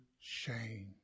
shame